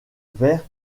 vers